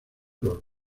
los